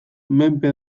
menpe